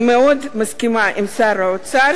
אני מאוד מסכימה עם שר האוצר,